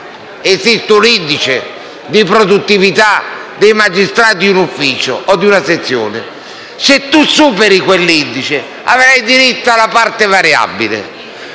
Esiste un indice di produttività dei magistrati di un ufficio o di una sezione. Se si supera quell'indice, si avrà diritto alla parte variabile.